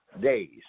days